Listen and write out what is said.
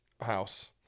house